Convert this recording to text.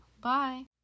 bye